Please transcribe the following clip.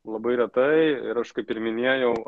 labai retai ir aš kaip ir minėjau